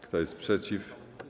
Kto jest przeciw?